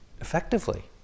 effectively